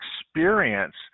experience